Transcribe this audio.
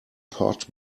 pot